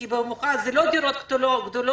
כי זה לא דירות גדולות,